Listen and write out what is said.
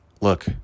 Look